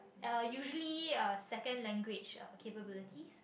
uh usually uh second language uh capabilities